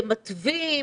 כמתווים,